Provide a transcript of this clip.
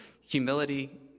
humility